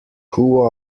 who